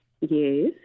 Yes